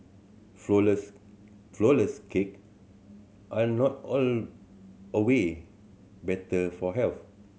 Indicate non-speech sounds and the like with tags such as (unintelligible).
flourless flourless cake are not (unintelligible) better for health